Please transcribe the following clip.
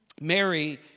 Mary